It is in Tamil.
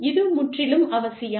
இது முற்றிலும் அவசியம்